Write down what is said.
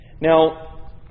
Now